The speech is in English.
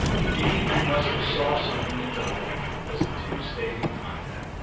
indeed he must have saw something in dominique as the two stayed in contact.